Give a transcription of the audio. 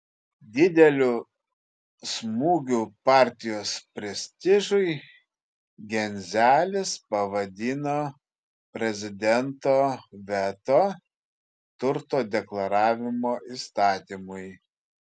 dideliu smūgiu partijos prestižui genzelis pavadino prezidento veto turto deklaravimo įstatymui